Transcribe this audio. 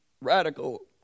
radical